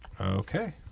Okay